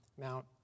Mount